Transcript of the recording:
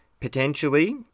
Potentially